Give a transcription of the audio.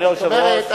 זאת אומרת,